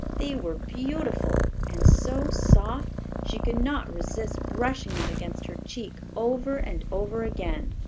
they were beautiful, and so soft she could not resist brushing them against her cheek over and over again.